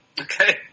Okay